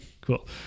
Cool